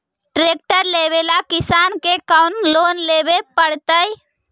Tractor लेवेला किसान के कौन लोन लेवे पड़तई?